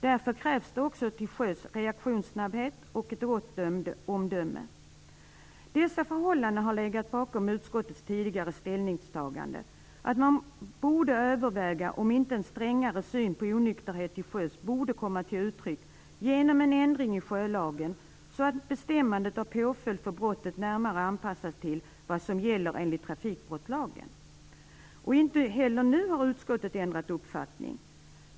Därför krävs det också till sjöss reaktionssnabbhet och gott omdöme. Dessa förhållanden har legat bakom utskottets tidigare ställningstagande, att man borde överväga om inte en strängare syn på onykterhet till sjöss borde komma till uttryck genom en ändring i sjölagen, så att bestämmandet av påföljd för brottet närmare anpassades till vad som gäller enligt trafikbrottlagen. Inte heller nu har utskottet ändrat uppfattning.